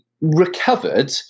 recovered